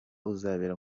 uzabera